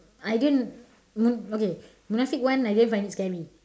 I didn't mun~ okay munafik one I didn't find it scary